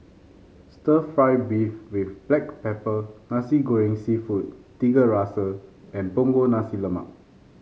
stir fry beef with Black Pepper Nasi Goreng seafood Tiga Rasa and Punggol Nasi Lemak